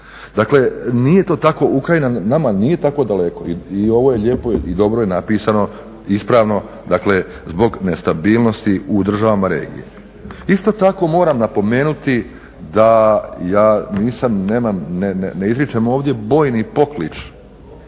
Tatri visokih. Ukrajina nama nije tako daleko i ovo je lijepo i dobro napisano, ispravno, dakle zbog nestabilnosti u državama regije. Isto tako moram napomenuti ja ne izričem ovdje bojni poklič,